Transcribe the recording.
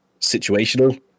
situational